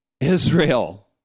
Israel